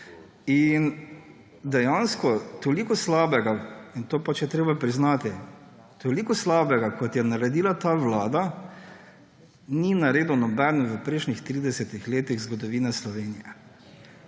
In dejansko toliko slabega, in to pač je treba priznati, toliko slabega, kot je naredila ta vlada, ni naredil noben v prejšnjih 30 letih zgodovine Slovenije.